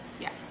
Yes